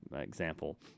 example